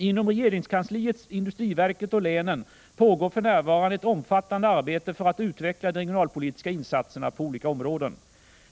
Inom regeringskansliet, inom industriverket och i länen pågår för närvarande ett omfattande arbete för att utveckla de regionalpolitiska insatserna på olika områden.